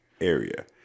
area